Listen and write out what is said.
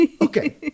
okay